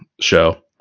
Show